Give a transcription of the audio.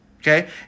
Okay